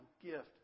gift